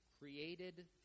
created